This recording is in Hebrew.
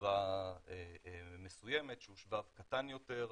חברה מסוימת שהוא שבב קטן יותר,